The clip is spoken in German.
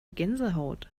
gänsehaut